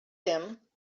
him